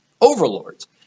overlords